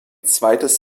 zweites